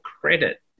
credit